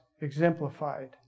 exemplified